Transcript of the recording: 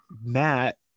matt